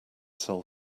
sell